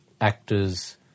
actors